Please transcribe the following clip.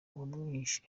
uwamwishe